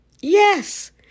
Yes